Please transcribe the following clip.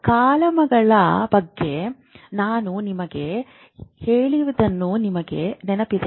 ಕಾಲಮ್ಗಳ ಬಗ್ಗೆ ನಾನು ನಿಮಗೆ ಹೇಳಿದ್ದನ್ನು ನಿಮಗೆ ನೆನಪಿದೆಯೇ